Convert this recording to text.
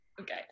Okay